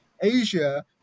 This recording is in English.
Asia